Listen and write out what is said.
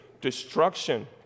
destruction